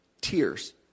tears